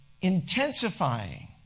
intensifying